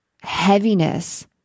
heaviness